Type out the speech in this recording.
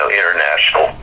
international